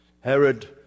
Herod